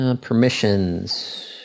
Permissions